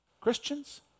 Christians